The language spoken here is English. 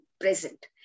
present